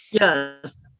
Yes